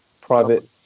Private